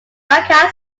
macau